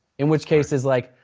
in which case is like,